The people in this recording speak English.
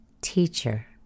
teacher